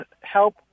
help